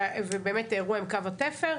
ובאמת האירוע עם קו התפר,